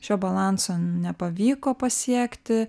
šio balanso nepavyko pasiekti